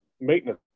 maintenance